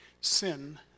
sin